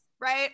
right